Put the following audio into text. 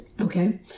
okay